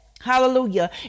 Hallelujah